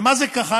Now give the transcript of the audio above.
ומה זה קח"ן?